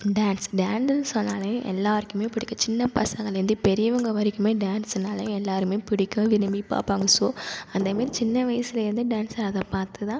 dance டான்ஸ்சுனு சொன்னாலே எல்லோருக்குமே பிடிக்கும் சின்ன பசங்கள்லேந்து பெரியவங்க வரைக்குமே டான்சுனாலே எல்லோருமே பிடிக்கும் விரும்பி பார்ப்பாங்க ஸோ அந்த மாரி சின்ன வயசுலேந்தே டான்ஸ் ஆடுறத பார்த்து தான்